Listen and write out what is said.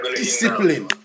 discipline